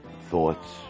thoughts